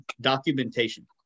documentation